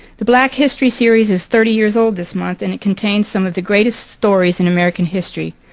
the black history series is thirty years old this month and it contains some of the greatest stories in american history.